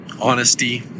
honesty